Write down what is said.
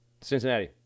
Cincinnati